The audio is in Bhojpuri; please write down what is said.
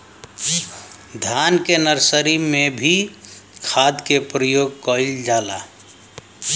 धान के नर्सरी में भी खाद के प्रयोग कइल जाला?